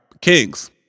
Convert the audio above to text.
Kings